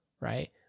right